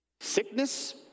sickness